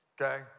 Okay